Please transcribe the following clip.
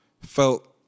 felt